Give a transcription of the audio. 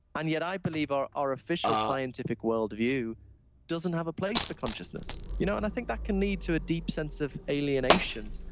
um yet i believe our our official scientific worldview doesn't have a place for consciousness you know and i think that can lead to a deep sense of alienation.